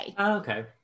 okay